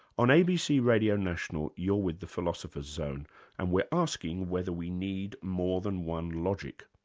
on abc radio national, you're with the philosopher's zone and we're asking whether we need more than one logic.